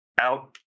out